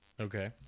Okay